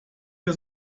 der